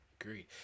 Agreed